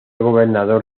gobernador